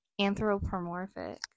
anthropomorphic